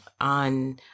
on